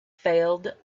failed